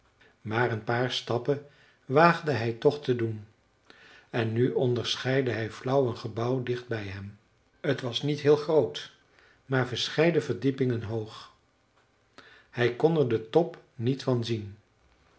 maar een paar stappen waagde hij toch te doen en nu onderscheidde hij flauw een gebouw dicht bij hem t was niet heel groot maar verscheiden verdiepingen hoog hij kon er den top niet van zien